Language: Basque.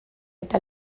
eta